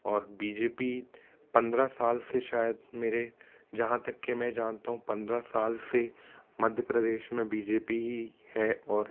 और BJP पन्द्रह साल से शायद मेरे जहाँ तक के मैं जानता हूँ पन्द्रह साल से मध्य प्रदेश में बी जे पी ही है और